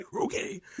Okay